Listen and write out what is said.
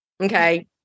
Okay